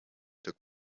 took